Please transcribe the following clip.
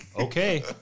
Okay